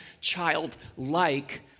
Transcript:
childlike